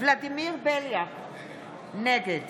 ולדימיר בליאק, נגד